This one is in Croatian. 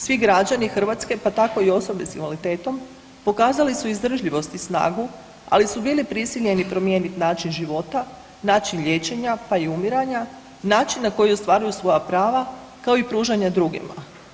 Svi građani Hrvatske, pa tako i osobe s invaliditetom pokazale su izdržljivost i snagu, ali su bili prisiljeni promijeniti način života, način liječenja, pa i umiranja, način na koji ostvaruju svoja prava, kao i pružanja drugima.